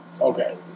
Okay